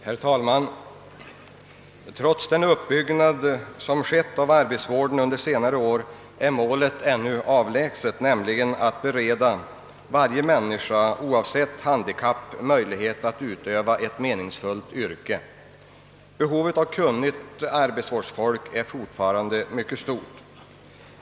Herr talman! Trots den uppbyggnad som har skett av arbetsvården under senare år är målet ännu avlägset, nämligen att bereda varje människa, oavsett handikapp, möjlighet att utöva ett meningsfullt yrke. Behovet av kunnigt arbetsvårdsfolk är alltså fortfarande mycket stort.